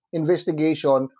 investigation